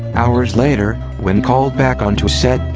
hours later, when called back onto set,